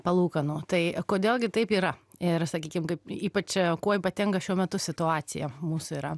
palūkanų tai kodėl gi taip yra ir sakykim kaip ypač kuo ypatinga šiuo metu situacija mūsų yra